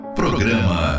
programa